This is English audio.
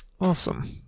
Awesome